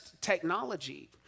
technology